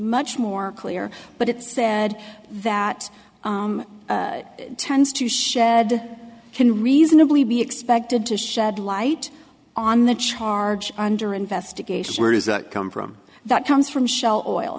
much more clear but it's said that tends to shed can reasonably be expected to shed light on the charge under investigation where does that come from that comes from shell oil